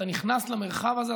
אתה נכנס למרחב הזה,